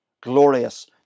Glorious